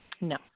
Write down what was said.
no